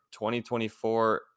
2024